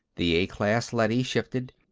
the a-class leady shifted.